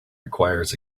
requires